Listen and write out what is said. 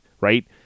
right